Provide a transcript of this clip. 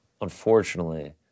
unfortunately